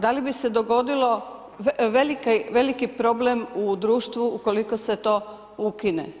Da li bi se dogodilo veliki problem u društvu ukoliko se to ukine?